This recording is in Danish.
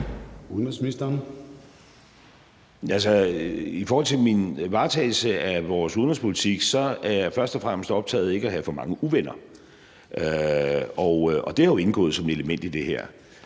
Rasmussen): I forhold til min varetagelse af vores udenrigspolitik er jeg først og fremmest optaget af ikke at have for mange uvenner. Det er jo indgået som et element i det her,